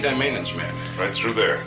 that maintenance man? right through there